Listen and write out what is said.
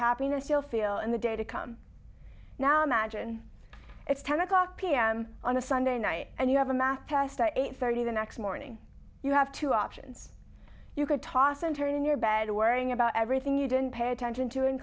happiness you'll feel in the day to come now imagine it's ten o'clock pm on a sunday night and you have a math test at eight thirty the next morning you have two options you could toss and turn in your bed worrying about everything you didn't pay attention to i